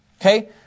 Okay